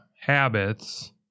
habits